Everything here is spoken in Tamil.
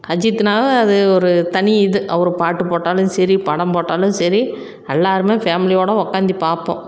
அஜித்துனாவே அது ஒரு தனி இது அவர் பாட்டு போட்டாலும் சரி படம் போட்டாலும் சரி எல்லோருமே ஃபேம்லியோடு ஒக்காந்து பார்ப்போம்